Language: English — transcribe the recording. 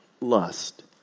lust